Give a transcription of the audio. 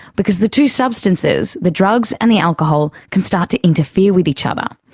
because the two substances the drugs and the alcohol can start to interfere with each other.